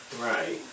Right